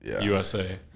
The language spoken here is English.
USA